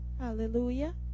Hallelujah